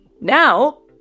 Now